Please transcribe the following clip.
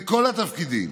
לכל התפקידים,